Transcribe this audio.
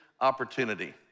opportunity